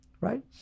right